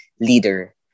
leader